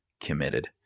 committed